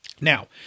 Now